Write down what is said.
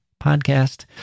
podcast